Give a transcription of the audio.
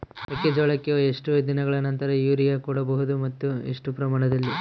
ಮೆಕ್ಕೆಜೋಳಕ್ಕೆ ಎಷ್ಟು ದಿನಗಳ ನಂತರ ಯೂರಿಯಾ ಕೊಡಬಹುದು ಮತ್ತು ಎಷ್ಟು ಪ್ರಮಾಣದಲ್ಲಿ?